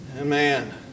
Amen